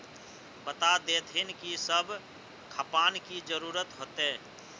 बता देतहिन की सब खापान की जरूरत होते?